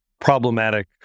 problematic